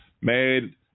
made